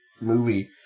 movie